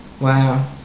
Wow